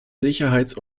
sicherheits